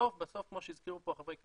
בסוף, כמו שהזכירו פה חברי הכנסת,